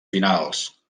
finals